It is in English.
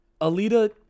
alita